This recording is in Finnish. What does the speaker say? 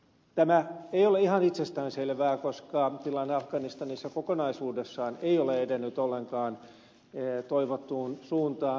tämä ei ole ihan itsestäänselvää koska tilanne afganistanissa kokonaisuudessaan ei ole edennyt ollenkaan toivottuun suuntaan